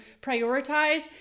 prioritize